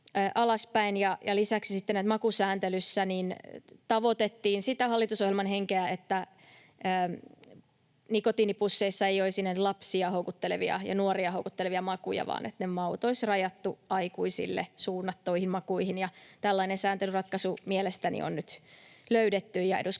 Lisäksi makusääntelyssä tavoitettiin sitä hallitusohjelman henkeä, että nikotiinipusseissa ei olisi lapsia houkuttelevia ja nuoria houkuttelevia makuja vaan maut olisi rajattu aikuisille suunnattuihin makuihin. Tällainen sääntelyratkaisu mielestäni on nyt löydetty, ja eduskunta